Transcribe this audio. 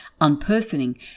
unpersoning